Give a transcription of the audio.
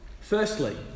Firstly